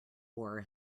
war